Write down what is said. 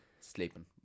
sleeping